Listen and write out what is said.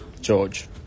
George